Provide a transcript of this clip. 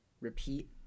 repeat